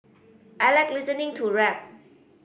I like listening to rap